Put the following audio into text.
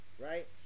right